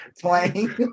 playing